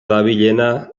dabilena